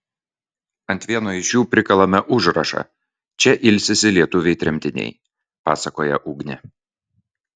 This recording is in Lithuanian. ant vieno iš jų prikalame užrašą čia ilsisi lietuviai tremtiniai pasakoja ugnė